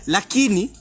Lakini